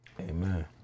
Amen